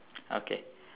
okay